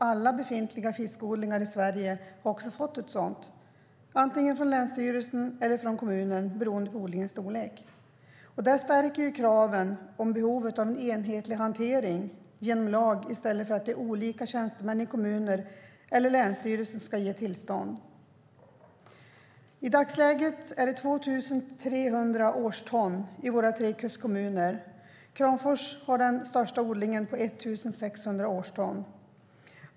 Alla befintliga fiskodlingar i Sverige har också fått ett sådant tillstånd, antingen från länsstyrelsen eller från kommunen beroende på odlingens storlek. Detta förstärker ju kraven på behovet av enhetlig hantering genom lag i stället för att det är olika tjänstemän i kommuner eller i länsstyrelser som kan ge tillstånd. I dagsläget odlas det 2 300 årston i våra tre kustkommuner. Kramfors har den största odlingen på 1 600 årston.